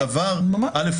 א',